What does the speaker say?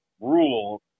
rule